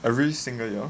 every single year